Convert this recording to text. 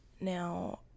Now